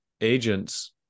agents